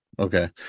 Okay